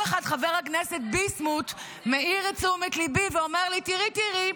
אחד חבר הכנסת ביסמוט העיר את תשומת לבי ואומר לי: ראי ראי,